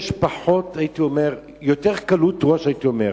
יש יותר קלות ראש, הייתי אומר,